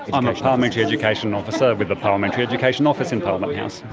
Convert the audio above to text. i'm a parliamentary education officer with the parliamentary education office in parliament house.